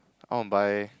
I want buy